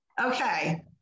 okay